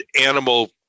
animal